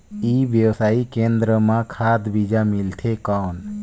ई व्यवसाय केंद्र मां खाद बीजा मिलथे कौन?